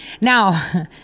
Now